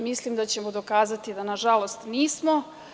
Mislim da ćemo dokazati da, nažalost, nismo.